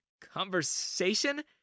Conversation